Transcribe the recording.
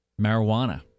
Marijuana